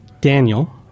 Daniel